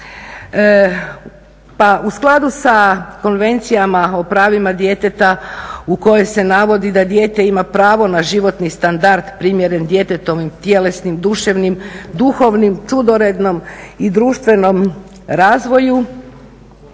Pa u skladu sa Konvencijama o pravima djeteta u kojoj se navodi da dijete ima pravo na životni standard primjeren djetetovim tjelesnim, duševnim, duhovnim čudoredom i društvenom razvoju,